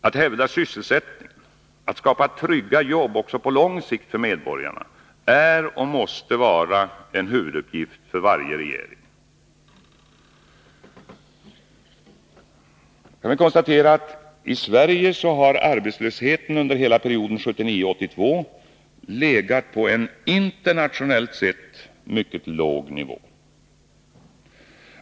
Att hävda sysselsättningen och att skapa trygga jobb för medborgarna också på lång sikt är och måste vara en huvuduppgift för varje regering. Arbetslösheten i Sverige har under hela perioden 1979-1982 legat på en internationellt sett mycket låg nivå.